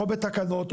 או בתקנות,